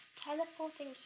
Teleporting